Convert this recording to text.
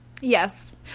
Yes